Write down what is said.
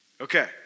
Okay